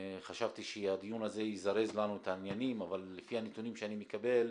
חשבתי שהדיון הזה יזרז לנו את העניינים אבל לפי הנתונים שאני מקבל,